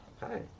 Hi